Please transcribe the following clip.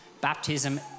baptism